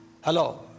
Hello